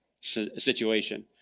situation